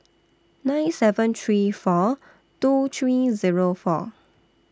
nine seven three four two three Zero four